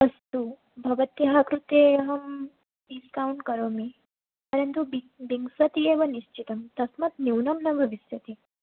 अस्तु भवत्याः कृते अहं डिस्कौण्ट् करोमि परन्तु विं विंशति एव निश्चितं तस्मात् न्यूनं न भविष्यति